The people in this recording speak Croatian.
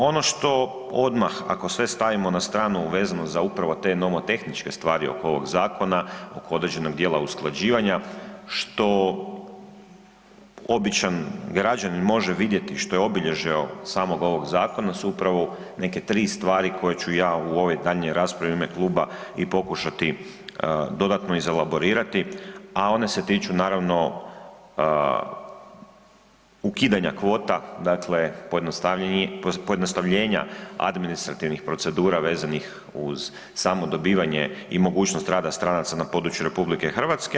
Ono što odmah ako sve stavimo na stranu vezano za upravo te nomotehničke stvari oko ovog zakona, određenog dijela usklađivanja što običan građanin može vidjeti što je obilježje samog ovog zakona su upravo neke tri stvari koje ću ja u ovoj daljnjoj raspravi u ime kluba i pokušati dodatno iz elaborirati, a one se tiču naravno ukidanja kvota, dakle pojednostavljenja administrativnih procedura veznih uz samo dobivanje i mogućnost rada stranaca na području RH.